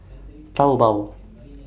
Taobao